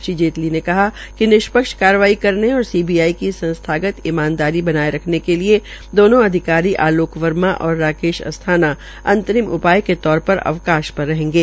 श्री जेटली की कहा कि निष्पक्ष कार्रवाई करने और सीबीआई की संस्थागत ईमानदारी बनाये रखने के लिए दोनो अधिकारियों आलोक शर्मा और राकेश अस्थाना अंतरिम उपाय के तौर पर अवकाश पर रहेंगे